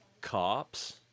cops